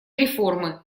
реформы